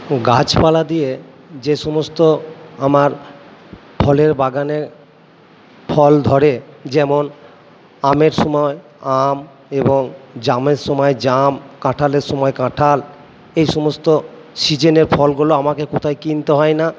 গাছপালা দিয়ে যে সমস্ত আমার ফলের বাগানে ফল ধরে যেমন আমের সময় আম এবং জামের সময় জাম কাঁঠালের সময় কাঁঠাল এই সমস্ত সিজেনে ফলগুলো আমাকে কোথায় কিনতে হয় না